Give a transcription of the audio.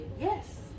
yes